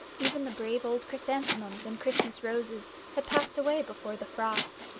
even the brave old chrysanthemums and christmas roses had passed away before the frost.